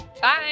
Bye